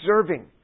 observing